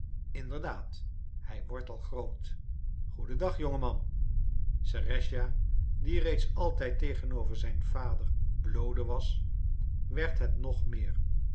inderdaad hij wordt al groot goeden dag jonge man serëscha die reeds altijd tegenover zijn vader bloode was werd het nog meer